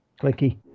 clicky